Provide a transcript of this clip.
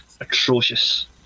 atrocious